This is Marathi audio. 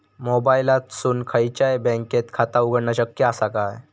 मोबाईलातसून खयच्याई बँकेचा खाता उघडणा शक्य असा काय?